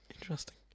Interesting